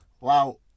Wow